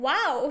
Wow